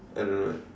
I don't know eh